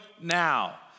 now